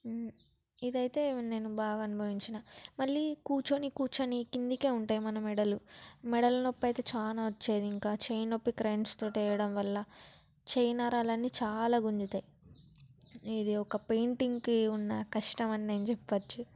ఇదైతే నేను బాగా అనుభవించిన మళ్ళీ కూర్చొని కూర్చొని కిందికే ఉంటాయి మన మెడలు మెడల నొప్పి అయితే చాలా వచ్చేది ఇంకా చెయ్యి నొప్పి క్రేయాన్స్ తోటి వేయడం వల్ల చెయ్యి నరాలన్నీ చాలా గుంజుతాయి ఇది ఒక పెయింటింగ్కి ఉన్న కష్టం అని నేను చెప్పచ్చు